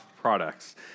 products